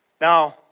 Now